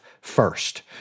first